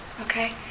Okay